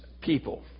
people